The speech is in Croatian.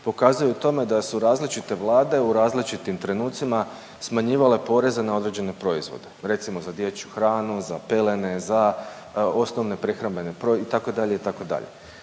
pokazuje u tome da su različite vlade u različitim trenucima smanjivale poreze na određene proizvode, recimo za dječju hranu, za pelene, za osnovne prehrambene itd., itd.,